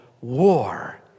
war